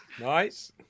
Nice